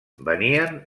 veien